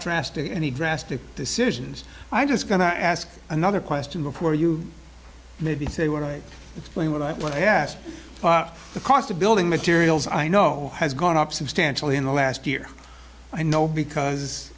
drastic any drastic decisions i'm just going to ask another question before you maybe say want to explain what i want to ask the cost of building materials i know has gone up substantially in the last year i know because